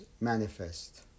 manifest